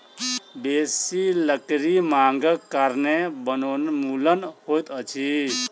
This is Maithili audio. बेसी लकड़ी मांगक कारणें वनोन्मूलन होइत अछि